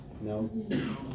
No